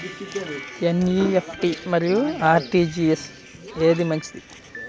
NEFT మరియు RTGS ఏది మంచిది?